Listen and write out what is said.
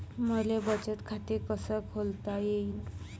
मले बचत खाते कसं खोलता येईन?